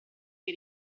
che